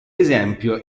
esempio